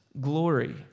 glory